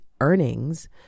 earnings